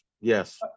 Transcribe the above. yes